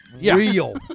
real